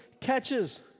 catches